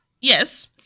Yes